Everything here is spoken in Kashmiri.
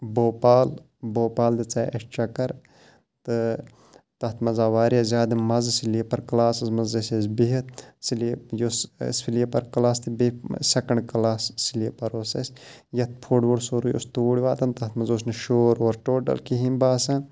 بھوپال بھوپال دِژے اَسہِ چَکَر تہٕ تَتھ منٛز آو واریاہ زیادٕ مَزٕ سٕلیٖپَر کلاسَس منٛز ٲسۍ أسۍ بِہِتھ سِلیٖپ یُس اَسہِ سِلیٖپَر کَلاس تہٕ بیٚیہِ سٮ۪کَنٛڈ کلاس سِلیٖپَر اوس اَسہِ یَتھ فُڈ وُڈ سورُے اوس توٗرۍ واتان تَتھ منٛز اوس نہٕ شور وور ٹوٹَل کِہیٖنۍ باسان